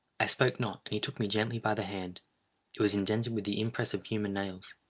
i spoke not, and he took me gently by the hand it was indented with the impress of human nails.